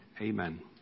Amen